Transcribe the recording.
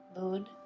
moon